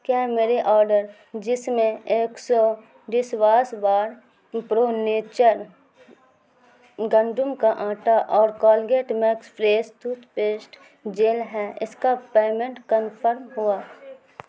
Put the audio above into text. کیا میرے آڈر جس میں Exo dishwash bar pro nature گندم کا آٹا اور Colgate max fresh tooth paste gel ہے اس کا پیمنٹ کنفرم ہوا